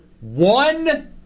one